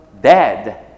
dead